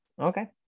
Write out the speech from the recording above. okay